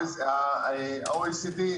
ה-OECD,